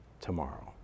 tomorrow